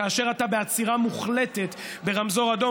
כאשר אתה בעצירה מוחלטת ברמזור אדום,